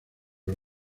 los